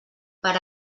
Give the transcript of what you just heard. per